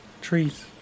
trees